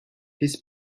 his